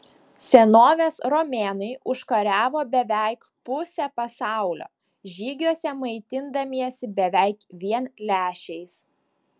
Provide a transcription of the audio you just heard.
senovės romėnai užkariavo beveik pusę pasaulio žygiuose maitindamiesi beveik vien lęšiais